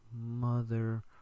mother